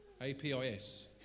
A-P-I-S